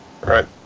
Right